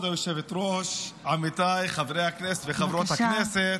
כבוד היושבת-ראש, עמיתיי חברי הכנסת וחברות הכנסת,